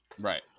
Right